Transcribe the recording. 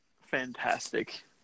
fantastic